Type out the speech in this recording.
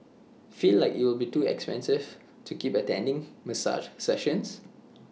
feel like IT will be too expensive to keep attending massage sessions